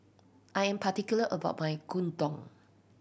I am particular about my Gyudon